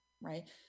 right